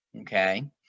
Okay